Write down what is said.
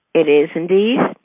it is indeed.